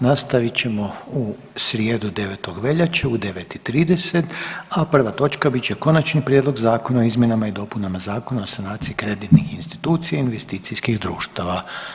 Nastavit ćemo u srijedu 9. veljače u 9,30 a prva točka bit će Konačni prijedlog zakona o izmjenama i dopunama Zakona o sanaciji kreditnih institucija i investicijskih društava.